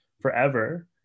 forever